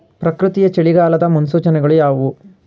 ಪ್ರಕೃತಿಯ ಚಳಿಗಾಲದ ಮುನ್ಸೂಚನೆಗಳು ಯಾವುವು?